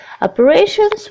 Operations